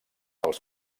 els